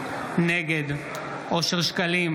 נגד אושר שקלים,